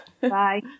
Bye